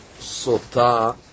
Sota